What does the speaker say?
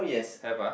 have ah